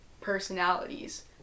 personalities